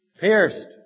Pierced